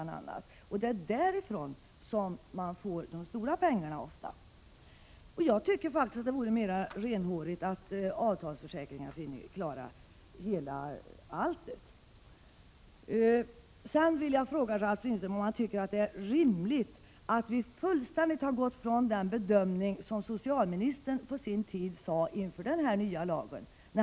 Det är därifrån man ofta får de stora pengarna. Jag tycker faktiskt att det vore mer renhårigt att låta avtalsförsäkringen klara hela detta område. Sedan vill jag fråga Ralf Lindström om han tycker att det är rimligt att vi fullständigt har gått ifrån den bedömning som socialministern på sin tid gjorde av den nya lagen.